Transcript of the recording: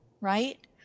right